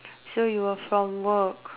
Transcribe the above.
so you were from work